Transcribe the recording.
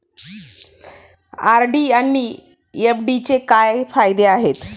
RD आणि एफ.डीचे काय फायदे आहेत?